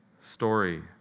story